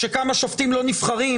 שכמה שופטים לא נבחרים,